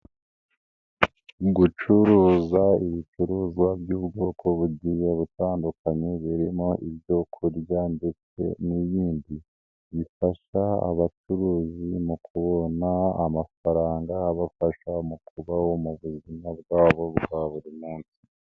Gucuruza ibicuruzwa by'ubwoko bugiye butandukanye, birimo ibyo kurya ndetse n'ibindi, bifasha abacuruzi mu kubona amafaranga abafasha mu kubaho mu buzima bwabo bwa buri munsi.